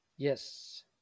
Yes